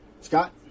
Scott